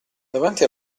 davanti